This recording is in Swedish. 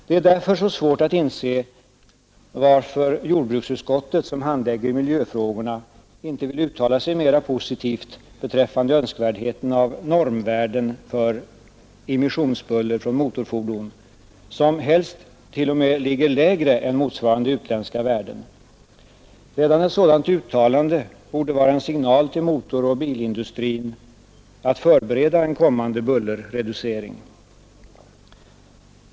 Det är därför svårt att inse varför jordbruksutskottet, som handlägger miljöfrågorna, inte har velat uttala sig mera positivt beträffande önskvärdheten av normvärden för immissionsbuller från motorfordon som helst ligger lägre än motsvarande utländska värden. Redan ett sådant uttalande borde vara en signal till motoroch bilindustrin att förbereda en kommande bullerreducering.